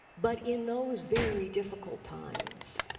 but in those very difficult times